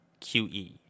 QE